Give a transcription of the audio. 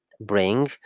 bring